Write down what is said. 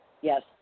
Yes